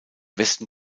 westen